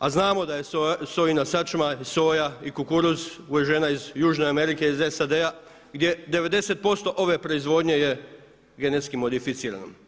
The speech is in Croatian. A znamo da je sojina sačma i soja i kukuruz uvežena iz južne Amerike, iz SAD-a gdje 90% ove proizvodnje je genetski modificirano.